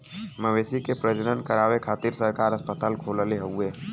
मवेशी के प्रजनन करावे खातिर सरकार अस्पताल खोलले हउवे